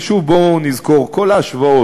ושוב, בואו נזכור: כל ההשוואות